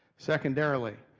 secondarily,